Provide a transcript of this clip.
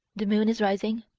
the moon is rising.